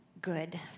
good